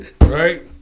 Right